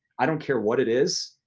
i don't care what it is.